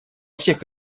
всех